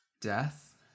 death